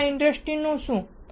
અન્ય ઇન્ડસ્ટ્રીનું શું